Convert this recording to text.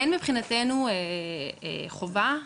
אין מבחינתנו חובה,